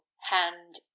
hand